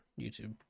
YouTube